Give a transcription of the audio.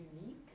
unique